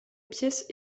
pièce